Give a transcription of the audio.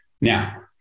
Now